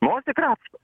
nosį krapšto